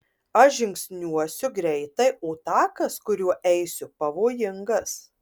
aš žingsniuosiu greitai o takas kuriuo eisiu pavojingas